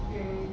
mm